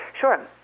Sure